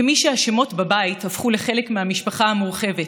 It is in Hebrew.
כמי שהשמות בבית הפכו לחלק מהמשפחה המורחבת,